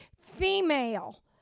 female